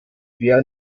wer